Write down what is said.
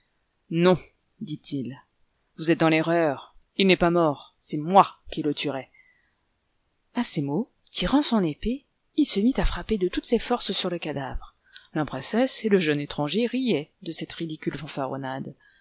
non dit-il vous êtes dans terreur il n'est pas mort c'est moi qui le tuerai a ces mots tirant son épée il se mit à frapper de toutes ses forces sur le cadavre la princesse et le jeune étranger riaient de cette ridicule fanfaronnade